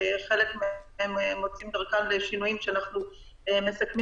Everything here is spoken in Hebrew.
וחלק מהן מוצאות את דרכן בשינויים שאנחנו מסכמים